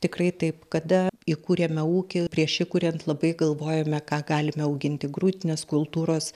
tikrai taip kada įkūrėme ūkį prieš įkuriant labai galvojome ką galime auginti grūdines kultūras